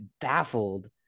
baffled